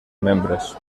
membres